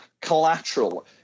collateral